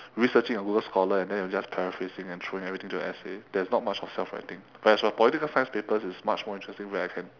researching on google scholar and then you're just paraphrasing and throwing everything into the essay there's not much of self writing whereas for political science papers is much more interesting where I can